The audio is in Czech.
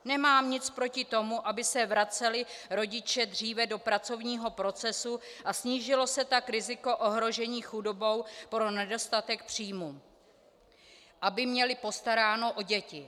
Nemám nic proti tomu, aby se vraceli rodiče dříve do pracovního procesu a snížilo se tak riziko ohrožení chudobou pro nedostatek příjmů, aby měli postaráno o děti.